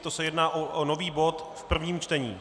To se jedná o nový bod v prvním čtení.